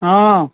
હા